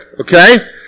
okay